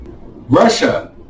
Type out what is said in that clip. russia